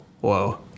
whoa